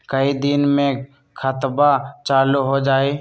कई दिन मे खतबा चालु हो जाई?